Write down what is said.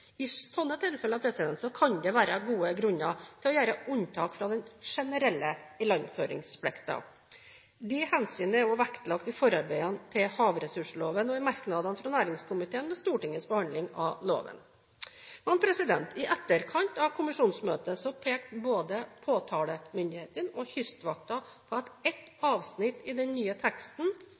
I slike tilfeller kan det være gode grunner til å gjøre unntak fra den generelle ilandføringsplikten. Dette hensynet er også vektlagt i forarbeidene til havressursloven og i merknadene fra næringskomiteen ved Stortingets behandling av loven. I etterkant av kommisjonsmøtet pekte både påtalemyndighetene og Kystvakten på at et avsnitt i den nye teksten